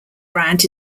brand